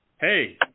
hey